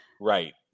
Right